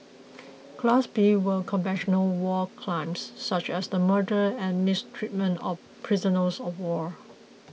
class B were conventional war crimes such as the murder and mistreatment of prisoners of war